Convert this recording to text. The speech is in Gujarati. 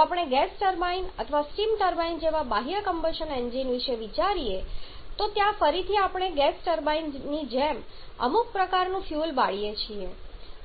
જો આપણે ગેસ ટર્બાઇન અથવા સ્ટીમ ટર્બાઇન જેવા બાહ્ય કમ્બશન એન્જિન વિશે વાત કરીએ તો ત્યાં ફરીથી આપણે ગેસ ટર્બાઇનની જેમ અમુક પ્રકારનું ફ્યુઅલ બાળીએ છીએ